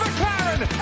McLaren